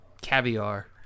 caviar